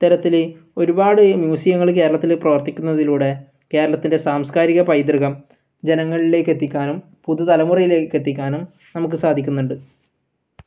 ഇത്തരത്തിൽ ഒരുപാട് മ്യൂസിയങ്ങൾ കേരളത്തിൽ പ്രവർത്തിക്കുന്നതിലൂടെ കേരളത്തിൻ്റെ സാംസ്കാരിക പൈതൃകം ജനങ്ങളിലേക്ക് എത്തിക്കാനും പുതുതലമുറയിലേക്ക് എത്തിക്കാനും നമുക്ക് സാധിക്കുന്നുണ്ട്